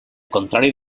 contrari